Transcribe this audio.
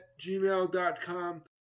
gmail.com